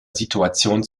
situation